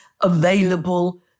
available